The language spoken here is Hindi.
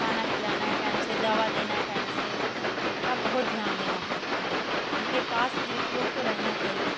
खाना खिलाना है टाइम से दवा देना टाइम से उनका बहुत ध्यान देना पड़ता है उनके पास एक लोग को रहना चाहिए